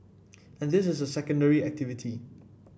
and this is a secondary activity